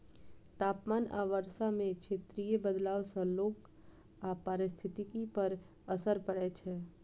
तापमान आ वर्षा मे क्षेत्रीय बदलाव सं लोक आ पारिस्थितिकी पर असर पड़ै छै